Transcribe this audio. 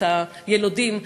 את היילודים,